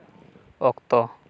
ᱚᱠᱛᱚ